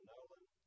Nolan